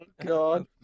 God